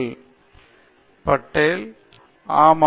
பக்தி பட்டேல் ஆமாம்